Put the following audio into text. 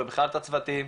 ובכלל את הצוותים,